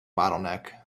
bottleneck